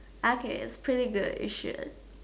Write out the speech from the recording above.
okay it's pretty good you should